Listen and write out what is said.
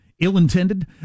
ill-intended